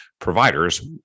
providers